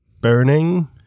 burning